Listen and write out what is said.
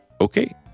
Okay